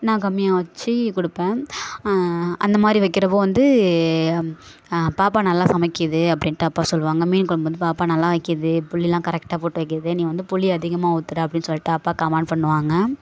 நான் கம்மியாக வெச்சு கொடுப்பேன் அந்த மாதிரி வைக்கிறப் போது வந்து பாப்பா நல்லா சமைக்குது அப்படின்ட்டு அப்பா சொல்லுவாங்க மீன் கொழம்பு வந்து பாப்பா நல்லா வைக்குது புளியெல்லாம் கரெக்டாக போட்டு வைக்குது நீ வந்து புளி அதிகமாக ஊற்றுற அப்படின்னு சொல்லிட்டு அப்பா கமாண்ட் பண்ணுவாங்க